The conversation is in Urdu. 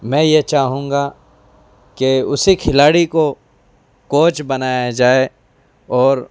میں یہ چاہوں گا کہ اسی کھلاڑی کو کوچ بنایا جائے اور